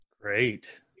Great